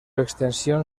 extensión